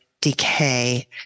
decay